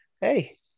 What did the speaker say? Hey